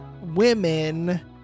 women